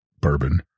bourbon